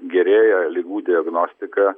gerėja ligų diagnostika